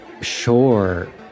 sure